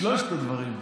שלושת הדברים,